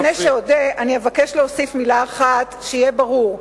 לפני שאודה, אבקש להוסיף מלה אחת: שיהיה ברור,